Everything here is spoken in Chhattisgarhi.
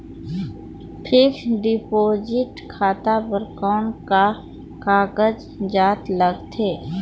फिक्स्ड डिपॉजिट खाता बर कौन का कागजात लगथे?